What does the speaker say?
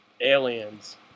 aliens